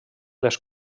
les